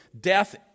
death